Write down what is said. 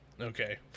Okay